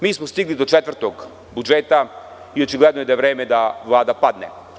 Mi smo stigli do četvrtog budžeta i očigledno je da je vreme da Vlada padne.